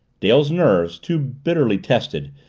dale's nerves, too bitterly tested,